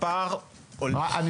אני